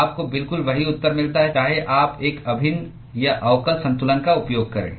आपको बिल्कुल वही उत्तर मिलता है चाहे आप एक अभिन्न या अवकल संतुलन का उपयोग करें